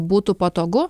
būtų patogu